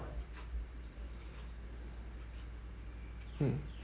mm